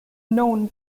known